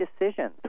decisions